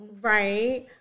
Right